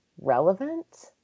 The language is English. relevant